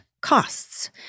costs